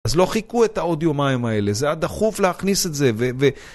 אז לא חיכו את העוד יומיים האלה, זה הדחוף להכניס את זה ו...